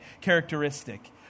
characteristic